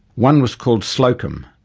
one was called slocum,